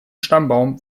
stammbaum